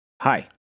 hi